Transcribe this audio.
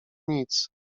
nic